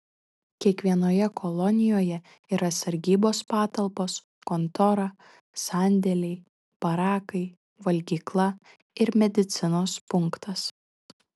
kiekvienoje kolonijoje yra sargybos patalpos kontora sandėliai barakai valgykla ir medicinos punktas